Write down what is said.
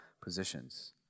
positions